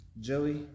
Joey